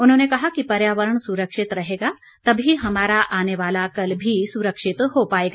उन्होंने कहा कि पर्यावरण सुरक्षित रहेगा तभी हमारा आने वाला कल भी सुरक्षित हो पाएगा